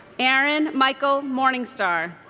aaron michael morningstar